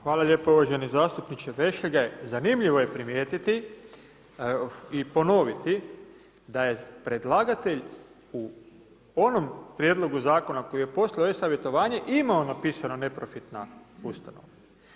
Hvala lijepo uvaženi zastupniče Vešligaj, zanimljivo je primijetiti i ponoviti da je predlagatelj u onom prijedlogu zakonu koji je poslao e-savjetovanje, imao napisano neprofitna ustanova.